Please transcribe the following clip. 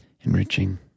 enriching